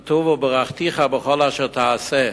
כתוב: "וברכתיך בכל אשר תעשה".